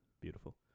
Beautiful